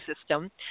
system